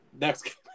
Next